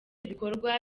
ibikorwa